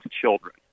children